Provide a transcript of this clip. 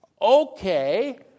Okay